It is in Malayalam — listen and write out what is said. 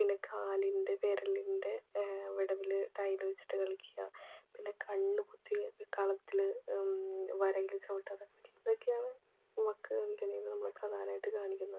പിന്നെ കാലിൻ്റെ വിരലിൻ്റെ വിടവിൽ ടൈൽ വെച്ചിട്ട് കളിക്കുക പിന്നെ കണ്ണ് പൊത്തി കളത്തിൽ വരയിൽ ചവിട്ടാതെ വെക്കാതെ വക്ക് കളിയിൽ നമ്മൾ പ്രധാനമായിട്ട് കാണിക്കുന്നത്